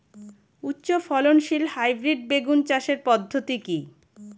উচ্চ ফলনশীল হাইব্রিড বেগুন চাষের পদ্ধতি কী?